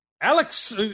Alex